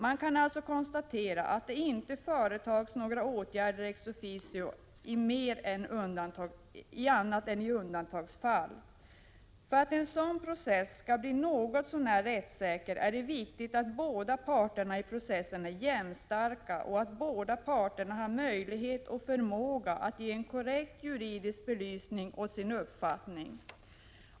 Man kan alltså konstatera att det inte företas några åtgärder ex officio mer än i rena undantagsfall. För att en sådan process skall bli något så när rättssäker är det viktigt att båda parterna i processen är jämnstarka och att båda parter har möjlighet och förmåga att ge en korrekt juridisk belysning åt sin uppfattning.